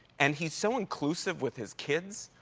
and he's so soinclusive with his kids,